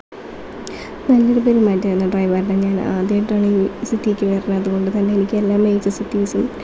നല്ലൊരു പെരുമാറ്റമായിരുന്നു ഡ്രൈവറുടെ ഞാൻ ആദ്യമായിട്ടാണ് ഈ സിറ്റിയിലേക്ക് വരുന്നത് അതുകൊണ്ട് തന്നെ എനിക്ക് എല്ലാ മേജർ സിറ്റീസും